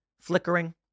flickering